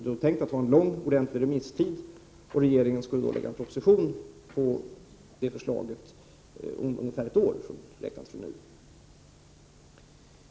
Det är tänkt att det skall bli en lång, ordentlig remisstid, och regeringen lägger sedan fram en proposition på grundval av det förslaget om ungefär ett år räknat från nu.